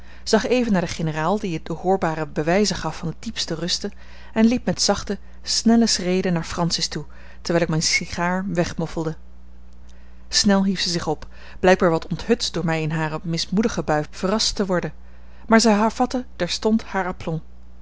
zag even naar den generaal die de hoorbare bewijzen gaf van de diepste ruste en liep met zachte snelle schreden naar francis toe terwijl ik mijne sigaar wegmoffelde snel hief zij zich op blijkbaar wat onthutst door mij in hare mismoedige bui verrast te worden maar zij hervatte terstond haar